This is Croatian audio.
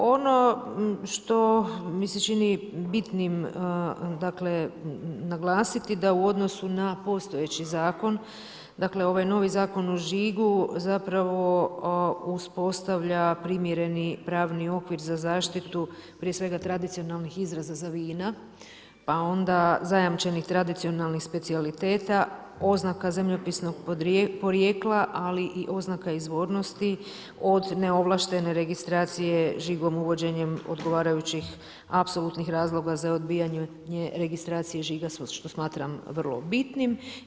Ono što mi se čini bitnim naglasiti da u odnosu na postojeći zakon, ovaj novi zakon o žigu zapravo uspostavlja primjereni pravni okvir za zaštitu prije svega tradicionalnih izraza za vina, pa onda zajamčenih tradicionalnih specijaliteta, oznaka zemljopisnog podrijetla ali i oznaka izvornosti od neovlaštene registracije žigom uvođenjem odgovarajućih apsolutnih razloga za odbijanje registracije žiga što smatram vrlo bitnim.